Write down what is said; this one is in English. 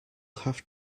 have